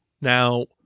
Now